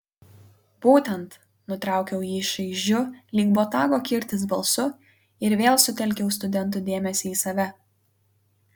būtent nutraukiau jį šaižiu lyg botago kirtis balsu ir vėl sutelkiau studentų dėmesį į save